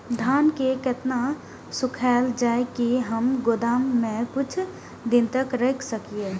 धान के केतना सुखायल जाय की हम गोदाम में कुछ दिन तक रख सकिए?